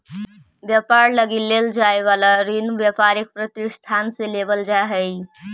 व्यापार लगी लेल जाए वाला ऋण व्यापारिक प्रतिष्ठान से लेवल जा हई